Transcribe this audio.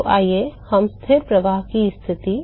तो आइए हम स्थिर प्रवाह की स्थिति लेते हैं